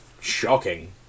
shocking